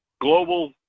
Global